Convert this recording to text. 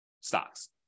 stocks